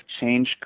change